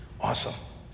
awesome